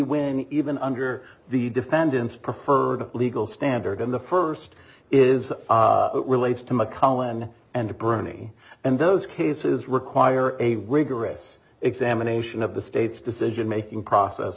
when even under the defendant's preferred legal standard in the first is it relates to mcallen and bernie and those cases require a rigorous examination of the state's decision making process